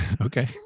Okay